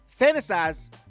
fantasize